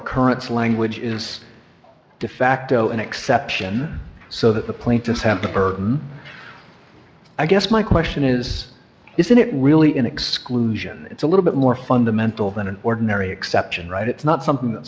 occurrence language is defacto an exception so that the plaintiffs have the burden i guess my question is isn't it really an exclusion it's a little bit more fundamental than an ordinary exception right it's not something that